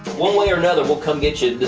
one way or another, we'll come get you.